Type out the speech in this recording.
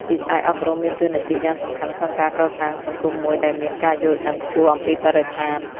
វិស័យអប់រំមានតួនាទីយ៉ាងសំខាន់ក្នុងការកសាងសង្គមមួយដែលមានការយល់ដឹងខ្ពស់អំពីបរិស្ថាន។